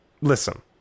Listen